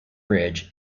bridge